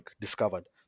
discovered